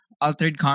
Altered